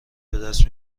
بدست